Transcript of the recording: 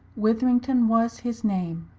witherington was his name,